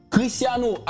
Cristiano